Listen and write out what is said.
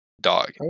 Dog